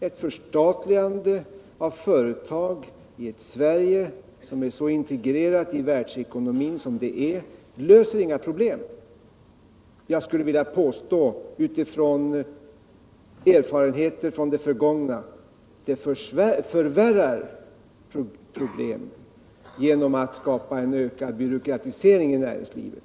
Ett förstatligande av företag i ett Sverige som är så integrerat i världsmarknaden som det är löser inga problem. Jag skulle vilja påstå med erfarenheter från det förgångna: Ett förstatligande förvärrar problemen, genom att det skapar en ökad byråkratisering i näringslivet.